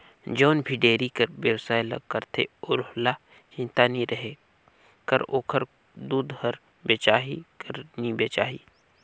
जउन भी डेयरी कर बेवसाय ल करथे ओहला चिंता नी रहें कर ओखर दूद हर बेचाही कर नी बेचाही